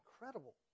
incredible